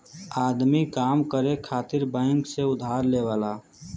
आदमी काम करे खातिर बैंक से उधार लेवला